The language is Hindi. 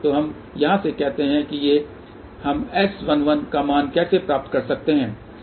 तो हम यहाँ से कहते हैं कि हम S11 का मान कैसे पा सकते हैं